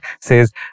says